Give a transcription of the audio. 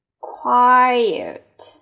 Quiet